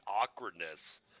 awkwardness